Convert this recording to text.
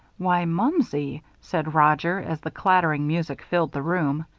why, mumsey! said roger, as the clattering music filled the room,